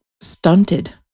stunted